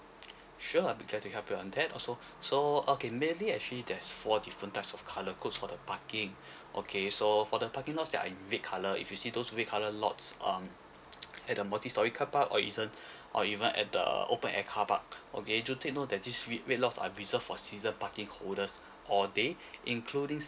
sure be glad to help you on that also so okay mainly actually there's four different types of colour codes for the parking okay so for the parking lots there are in red colour if you see those red colour lots um at the multi storey car park or even or even at the open air car park okay do take note that this red lots are reserved for season parking holders all day including